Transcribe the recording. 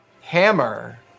hammer